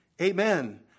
amen